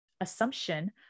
assumption